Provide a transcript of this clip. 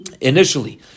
initially